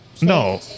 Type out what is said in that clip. No